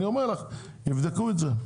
אני אומר לך תבדקו את זה,